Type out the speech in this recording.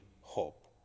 hope